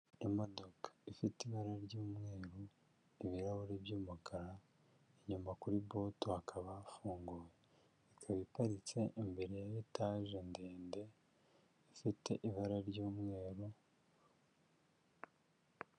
Imodoka ifite ibara ry'umweru, ibirahuri by'umukara, inyuma kuri butu hakaba hafunguye, ikaba iparitse imbere ya etaje ndende ifite ibara ry'umweru.